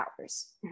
hours